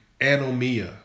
Anomia